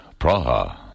Praha